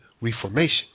Reformation